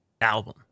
album